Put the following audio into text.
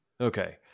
Okay